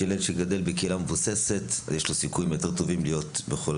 ילד שגדל בקהילה מבוססת יש לו סיכויים יותר טובים להיות ---.